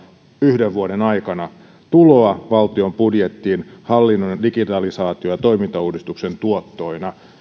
yhden vuoden aikana tuloa valtion budjettiin hallinnon digitalisaatio ja toimintauudistuksen tuottoina